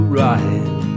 right